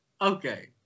Okay